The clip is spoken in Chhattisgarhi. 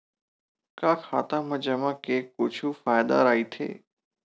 का खाता मा जमा के कुछु फ़ायदा राइथे?